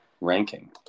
ranking